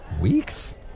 Weeks